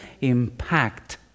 impact